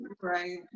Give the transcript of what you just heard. right